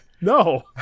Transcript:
No